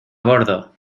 bordo